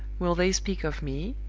will they speak of me?